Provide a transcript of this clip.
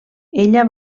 ella